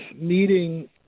meeting